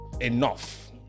enough